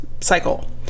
cycle